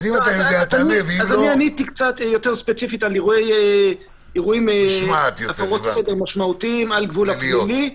עניתי יותר ספציפית על הפרות סדר משמעותיות על גבול הפלילי.